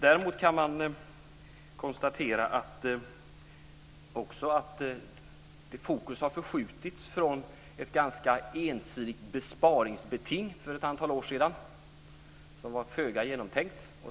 Däremot kan man också konstatera att fokus har förskjutits från ett ganska ensidigt besparingsbeting för ett antal år sedan, som var föga genomtänkt.